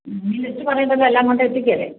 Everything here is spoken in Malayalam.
മ്മ് ഇനി ലിസ്റ്റ് പറയണ്ടല്ലോ എല്ലാം കൊണ്ട് എത്തിക്കുകയില്ലേ